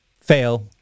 fail